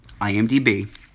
IMDb